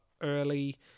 early